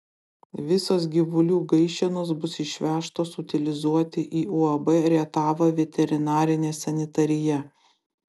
visos gyvulių gaišenos bus išvežtos utilizuoti į uab rietavo veterinarinė sanitarija